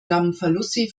lamfalussy